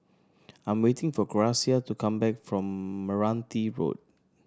I'm waiting for Gracia to come back from Meranti Road